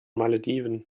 malediven